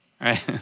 right